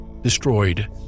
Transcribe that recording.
destroyed